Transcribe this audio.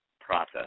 process